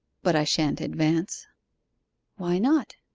but i shan't advance why not?